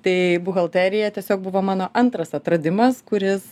tai buhalterija tiesiog buvo mano antras atradimas kuris